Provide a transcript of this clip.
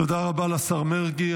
תודה רבה לשר מרגי.